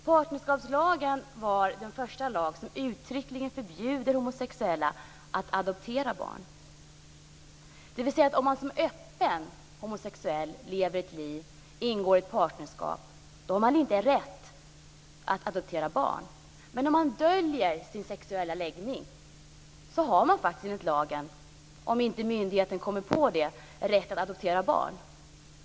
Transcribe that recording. Partnerskapslagen var den första lagen som uttryckligen förbjuder homosexuella att adoptera barn. Det betyder att om man lever ett liv som öppen homosexuell och ingår partnerskap har man inte rätt att adoptera barn. Men om man döljer sin sexuella läggningar har man faktiskt enligt lagen, om inte myndigheten kommer på det, rätt att adoptera barn.